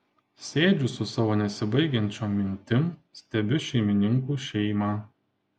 sėdžiu su savo nesibaigiančiom mintim stebiu šeimininkų šeimą